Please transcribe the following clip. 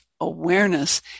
awareness